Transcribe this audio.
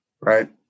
Right